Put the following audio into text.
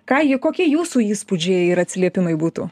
ką ji kokie jūsų įspūdžiai ir atsiliepimai būtų